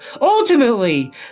Ultimately